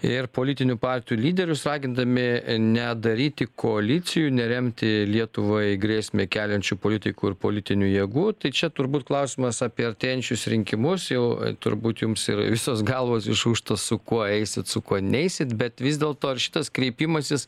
ir politinių partijų lyderius ragindami nedaryti koalicijų neremti lietuvai grėsmę keliančių politikų ir politinių jėgų tai čia turbūt klausimas apie artėjančius rinkimus jau turbūt jums ir visos galvos išūž su kuo eisit su kuo neisit bet vis dėlto ar šitas kreipimasis